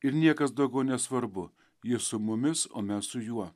ir niekas daugiau nesvarbu jis su mumis o mes su juo